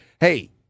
hey